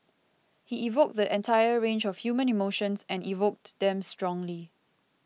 he evoked the entire range of human emotions and evoked them strongly